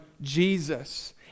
Jesus